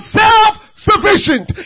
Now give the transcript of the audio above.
self-sufficient